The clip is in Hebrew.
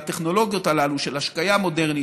מהטכנולוגיות הללו של השקיה מודרנית,